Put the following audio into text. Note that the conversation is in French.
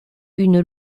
une